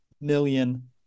million